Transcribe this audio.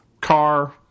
car